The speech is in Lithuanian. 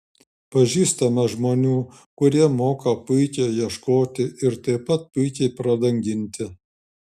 pažįstame žmonių kurie moka puikiai ieškoti ir taip pat puikiai pradanginti